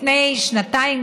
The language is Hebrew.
לפני שנתיים,